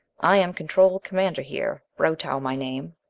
i am control-commander here brotow, my name.